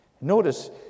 Notice